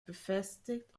befestigt